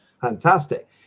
fantastic